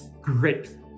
great